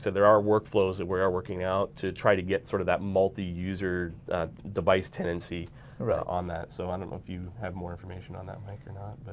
there are workflows that we are working out to try to get sort of that multi-user device tenancy on that so i don't know if you have more information on that mike or not.